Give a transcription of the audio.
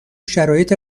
شرایط